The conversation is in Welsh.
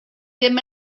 ddim